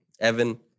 Evan-